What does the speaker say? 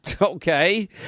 Okay